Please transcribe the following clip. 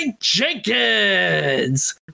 Jenkins